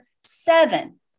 seven